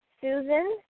Susan